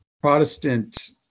protestant